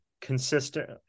consistent